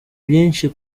byinshi